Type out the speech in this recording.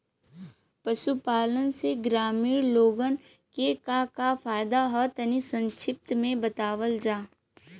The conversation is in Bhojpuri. पशुपालन से ग्रामीण लोगन के का का फायदा ह तनि संक्षिप्त में बतावल जा?